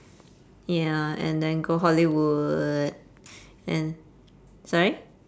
ya and then go hollywood and sorry